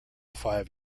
five